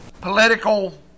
political